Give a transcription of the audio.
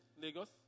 Lagos